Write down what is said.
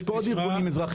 יש פה עוד ארגונים אזרחיים.